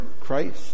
Christ